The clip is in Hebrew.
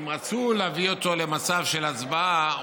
אם רצו להביא אותו למצב של הצבעה,